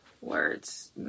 words